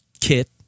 Kit